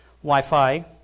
Wi-Fi